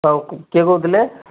ହଉ କିଏ କହିଥିଲେ